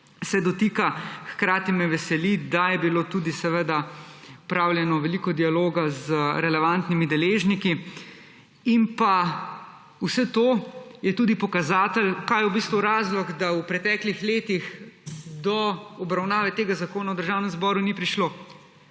dotika. Hkrati me veseli, da je bilo tudi opravljeno veliko dialoga z relevantnimi deležniki. Vse to je tudi pokazatelj, kaj je v bistvu razlog, da v preteklih letih do obravnave tega zakona v Državnem zboru ni prišlo.